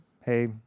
hey